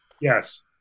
Yes